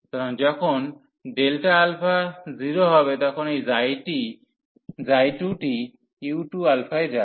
সুতরাং যখন Δα → 0 হবে তখন এই 2 টি u2α এ যাবে